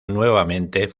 nuevamente